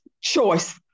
choice